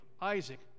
Isaac